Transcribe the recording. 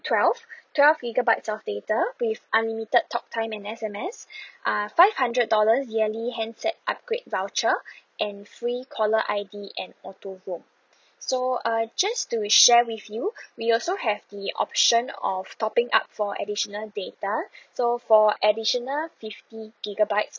twelve twelve gigabytes of data with unlimited talk time and S_M_S uh five hundred dollars yearly handset upgrade voucher and free caller I_D and auto roam so err just to share with you we also have the option of topping up for additional data so for additional fifty gigabytes